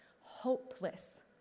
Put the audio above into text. hopeless